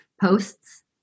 posts